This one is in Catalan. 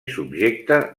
subjecte